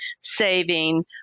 saving